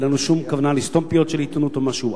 אין לנו שום כוונה לסתום פיות של עיתונות או משהו,